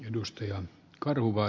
edustajan kadulla